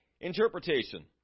Interpretation